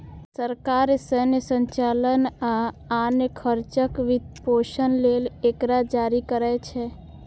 सरकार सैन्य संचालन आ आन खर्चक वित्तपोषण लेल एकरा जारी करै छै